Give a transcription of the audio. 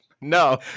no